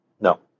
no